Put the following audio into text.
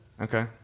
Okay